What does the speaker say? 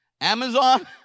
Amazon